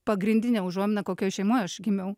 pagrindinė užuomina kokioj šeimoj aš gimiau